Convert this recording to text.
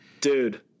Dude